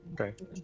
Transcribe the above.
Okay